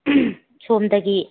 ꯁꯣꯝꯗꯒꯤ